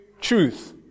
truth